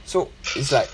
so it's like